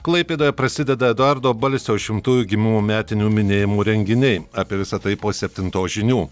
klaipėdoje prasideda eduardo balsio šimtųjų gimimo metinių minėjimo renginiai apie visa tai po septintos žinių